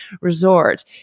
resort